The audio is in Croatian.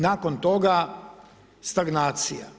Nakon toga stagnacija.